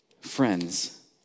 friends